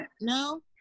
No